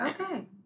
Okay